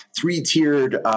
three-tiered